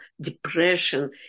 depression